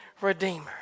redeemer